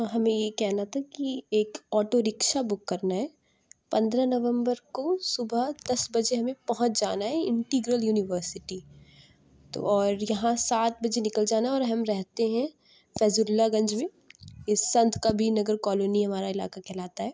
ہمیں یہ کہنا تھا کہ ایک آٹو رکشا بک کرنا ہے پندرہ نومبر کو صبح دس بجے ہمیں پہنچ جانا ہے انٹیگرل یونیورسٹی تو اور یہاں سات بجے نکل جانا ہے اور ہم رہتے ہیں فیض اللہ گنج میں سنت کبیر نگر کالونی ہمارا علاقہ کہلاتا ہے